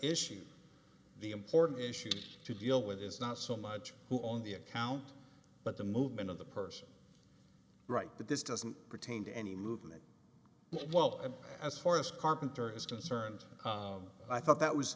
issues the important issues to deal with is not so much who on the account but the movement of the person right that this doesn't pertain to any movement well and as far as carpenter is concerned i thought that was